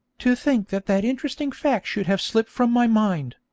to think that that interesting fact should have slipped from my mind,